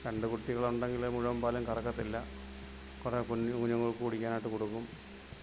രണ്ട് കുട്ടികളുണ്ടെങ്കിലെ മുഴുവൻ പാലും കറക്കത്തില്ല കുറേ കുഞ്ഞുങ്ങൾക്ക് കുടിക്കാനായിട്ട് കൊടുക്കും